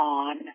on